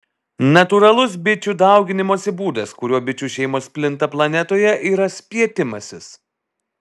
natūralus bičių dauginimosi būdas kuriuo bičių šeimos plinta planetoje yra spietimasis